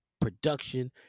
production